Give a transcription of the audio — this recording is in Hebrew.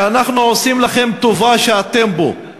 "אנחנו עושים לכם טובה שאתם פה".